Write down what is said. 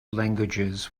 languages